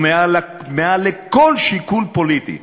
מעל לכל שיקול פוליטי,